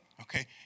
okay